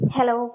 Hello